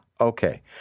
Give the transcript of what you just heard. okay